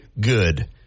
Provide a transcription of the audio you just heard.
good